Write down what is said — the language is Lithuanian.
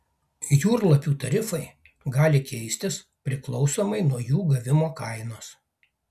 jūrlapių tarifai gali keistis priklausomai nuo jų gavimo kainos